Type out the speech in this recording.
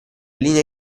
linee